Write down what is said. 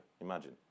imagine